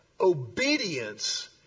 obedience